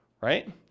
Right